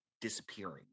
disappearing